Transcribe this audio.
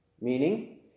Meaning